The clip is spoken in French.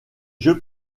jeux